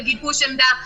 לגיבוש עמדה.